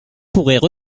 pourraient